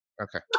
Okay